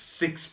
six